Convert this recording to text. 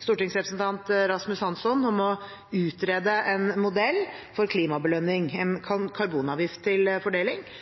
stortingsrepresentant Rasmus Hansson om å utrede hvordan en modell for klimabelønning, en karbonavgift til fordeling,